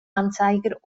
anzeiger